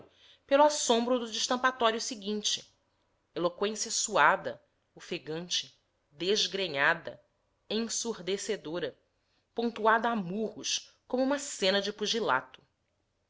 pelo assombro do destampatório seguinte eloqüência suada ofegante desgrenhada ensurdecedora pontuada a murros como uma cena de pugilato